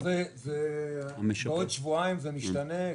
בעוד שבועיים זה משתנה.